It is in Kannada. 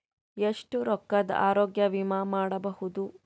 ಎಷ್ಟ ರೊಕ್ಕದ ಆರೋಗ್ಯ ವಿಮಾ ಮಾಡಬಹುದು?